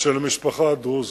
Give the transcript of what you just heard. של המשפחה הדרוזית.